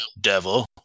Devil